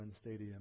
Stadium